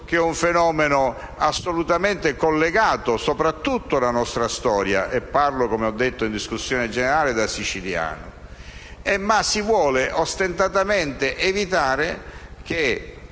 fenomeno storico assolutamente collegato soprattutto alla nostra storia (e parlo, come ho detto in discussione generale, da siciliano), e si vuole pure ostentatamente evitare che